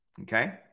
Okay